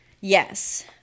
Yes